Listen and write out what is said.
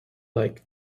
like